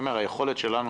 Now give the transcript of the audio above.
היכולת שלנו